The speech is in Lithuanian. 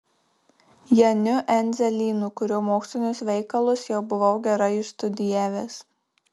janiu endzelynu kurio mokslinius veikalus jau buvau gerai išstudijavęs